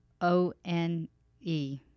O-N-E